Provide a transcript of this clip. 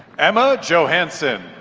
emma johansson.